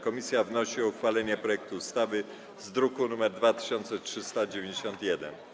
Komisja wnosi o uchwalenie projektu ustawy z druku nr 2391.